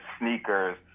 sneakers